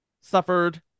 suffered